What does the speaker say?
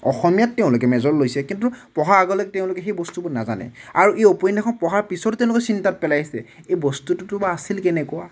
অসমীয়াত তেওঁলোকে মেজৰ লৈছে কিন্তু পঢ়াৰ আগলৈকে তেওঁলোকে সেই বস্তুবোৰ নাজানে আৰু এই উপন্য়াসখন পঢ়াৰ পিছতো তেওঁলোকে চিন্তাত পেলাইছে এই বস্তুটোতো বা আছিল কেনেকুৱা